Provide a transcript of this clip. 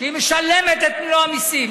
שהיא משלמת את מלוא המיסים.